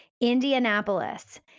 Indianapolis